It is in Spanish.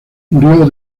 murió